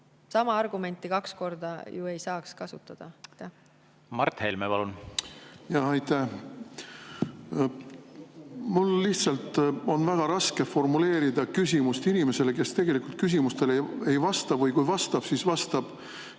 Sama argumenti ju kaks korda ei saaks kasutada. Mart Helme, palun! Mart Helme, palun! Aitäh! Mul on lihtsalt väga raske formuleerida küsimust inimesele, kes tegelikult küsimustele ei vasta või kui vastab, siis vastab